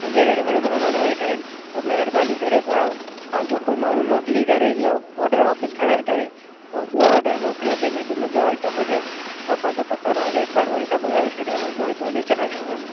मुंहिंजे घर में हिनमहिल महिमान वेठा इन त महिरबानी करे तव्हां पंहिंजो कोई माण्हू मोकिले करे इहो ऑडर वापसि खणाए करे ऐं ॿियो ऑडर मोकिलियो जंहिंमें कि ॿियो आईटम हुजे मां पंहिंजो पतो तव्हां खे हिकु बार वरी सां ॿुधाए थो छॾियां मां मोहित वलेचा आयो आहियां